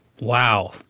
Wow